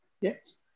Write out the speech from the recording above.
yes